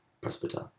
presbyter